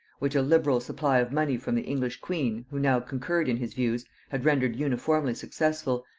which a liberal supply of money from the english queen, who now concurred in his views, had rendered uniformly successful,